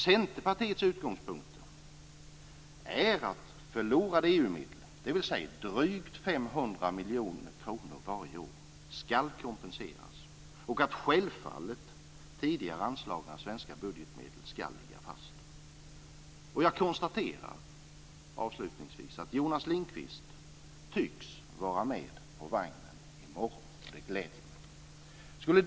Centerpartiets utgångspunkter är att förlorade EU medel - dvs. drygt 500 miljoner kronor varje år - ska kompenseras och att tidigare anslagna svenska budgetmedel självfallet ska ligga fast. Avslutningsvis konstaterar jag att Jonas Ringqvist tycks vara med på vagnen i morgon, och det gläder mig.